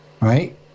right